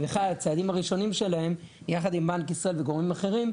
בצעדים הראשונים שלהם יחד עם גורמים אחרים,